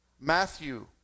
Matthew